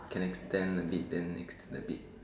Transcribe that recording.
can extend a bit then extend a bit